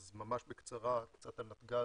אז ממש בקצרה קצת על נתג"ז.